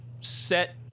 set